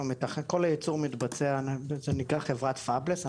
כל הייצור מתבצע, זה נקרא חברת פבלס.